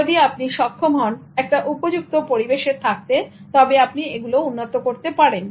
যদি আপনি সক্ষম হন একটা উপযুক্ত পরিবেশে থাকতে তবে আপনি এগুলো উন্নত করতে পারেন